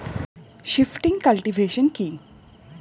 Shifting cultivation কি?